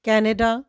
Canada